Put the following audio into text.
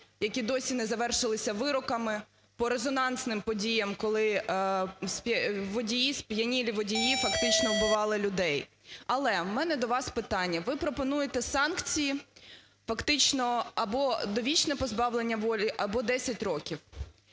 які досі не завершилися вироками по резонансним подіям, коли водії, сп'янілі водії фактично вбивали людей. Але в мене до вас питання, ви пропонуєте санкції фактично або довічне позбавлення волі, або 10 років.